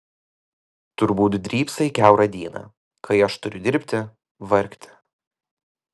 turbūt drybsai kiaurą dieną kai aš turiu dirbti vargti